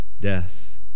death